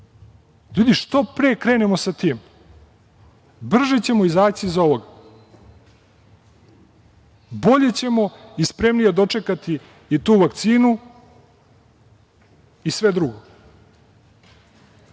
pravila. Što pre krenemo sa tim brže ćemo izaći iz ovoga, bolje ćemo i spremnije dočekati i tu vakcinu i sve drugo.